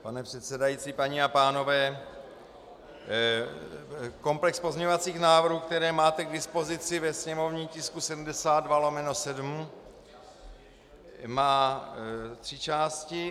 Pane předsedající, paní a pánové, komplex pozměňovacích návrhů, které máte k dispozici ve sněmovním tisku 72/7 má tři části.